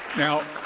now,